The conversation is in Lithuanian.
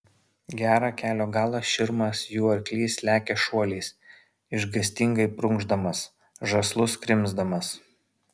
gerą kelio galą širmas jų arklys lekia šuoliais išgąstingai prunkšdamas žąslus krimsdamas